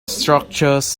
structures